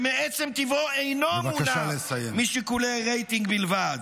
שמעצם טבעו אינו מונע משיקולי רייטינג בלבד.